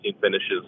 finishes